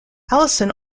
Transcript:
alison